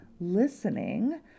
listening